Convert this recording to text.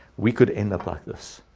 we could end up like this.